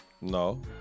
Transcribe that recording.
No